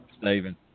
Stephen